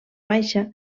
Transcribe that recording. baixa